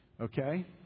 Okay